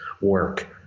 work